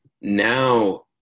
now